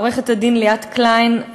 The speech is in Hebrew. עורכת-דין ליאת קליין,